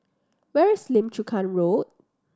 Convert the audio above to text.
where is Lim Chu Kang Road